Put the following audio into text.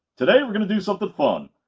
today we're going to do something fun!